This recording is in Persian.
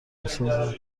میسازم